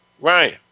Ryan